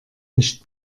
nicht